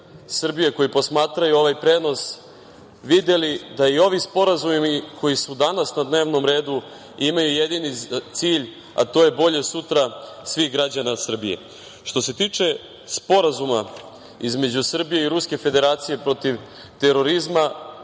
koji posmatraju ovaj prenos, videli da i ovi sporazumi koji su danas na dnevnom redu imaju jedini cilj, a to je bolje sutra svih građana Srbije. Što se tiče Sporazuma između Srbije i Ruske Federacije protiv terorizma,